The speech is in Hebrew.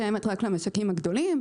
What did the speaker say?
התחרות קיימת רק למשקים הגדולים,